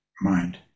mind